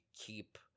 keep